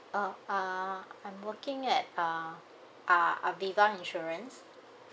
oh uh I'm working at uh a~ aviva insurance